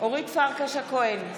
אורית פרקש הכהן,